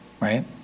Right